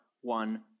one